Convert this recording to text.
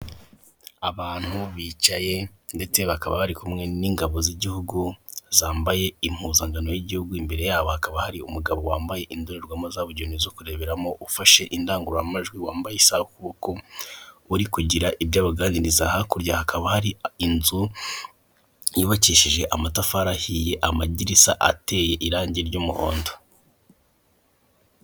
Abantu bicaye ndetse bakaba bari kumwe n'ingabo z'igihugu zambaye impuzankano y'igihugu, imbere yabo hakaba hari umugabo wambaye indorerwamo zabugenewe zo kureberamo, ufashe indangururamajwi, wambaye isaha ku kuboko, uri kugira ibyo abaganiriza, hakurya hakaba hari inzu yubakishije amatafari ahiye, amadirishya ateye irangi ry'umuhondo.